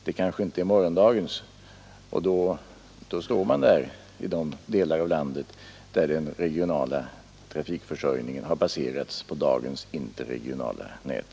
Det kanske inte är morgondagens — och då står man där i de delar av landet där den regionala trafikförsörjningen har passerat dagens interregionala nät.